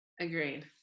agreed